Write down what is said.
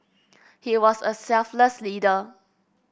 he was a selfless leader